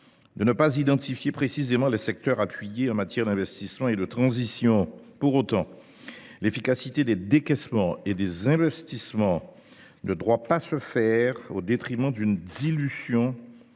dans les programmes 424 et 425, les secteurs appuyés en matière d’investissement et de transition. Pour autant, l’efficacité des décaissements et des investissements ne doit pas se faire au détriment d’une dilution de